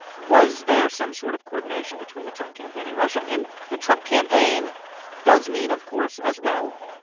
was there some sort of coordination between the trump campaign and russia? and the trump campaign does mean, of course, as well,